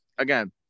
Again